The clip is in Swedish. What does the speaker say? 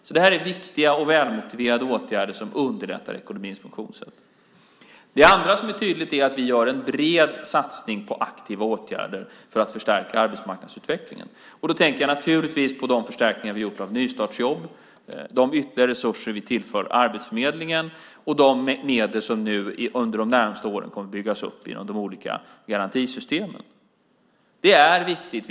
Detta är alltså viktiga och välmotiverade åtgärder som underlättar ekonomins funktionssätt. Det andra som är tydligt är att vi gör en bred satsning på aktiva åtgärder för att förstärka arbetsmarknadsutvecklingen. Då tänker jag naturligtvis på de förstärkningar vi har gjort i form av nystartsjobb, de ytterligare resurser vi tillför Arbetsförmedlingen och de medel som under de närmaste åren kommer att byggas upp genom de olika garantisystemen. Det är viktigt.